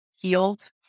healed